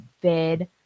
bid